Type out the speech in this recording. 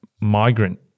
migrant